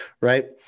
right